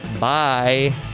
Bye